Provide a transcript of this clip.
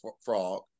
frog